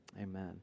Amen